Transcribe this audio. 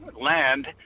land